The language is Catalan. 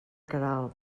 queralbs